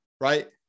right